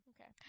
Okay